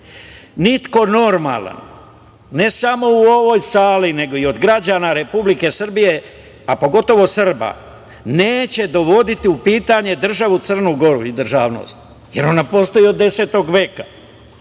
Srbi. Niko normalan, ne samo u ovoj sali, nego i od građana Republike Srbije, a pogotovo Srba neće dovoditi u pitanje državu Crnu Goru i državnost, jer ona postoji od 10. veka.